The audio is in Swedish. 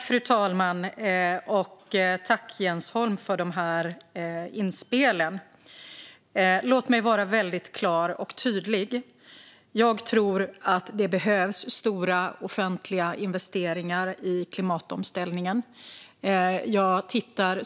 Fru talman! Tack för de här inspelen, Jens Holm! Låt mig vara väldigt klar och tydlig: Jag tror att det behövs stora offentliga investeringar i klimatomställningen.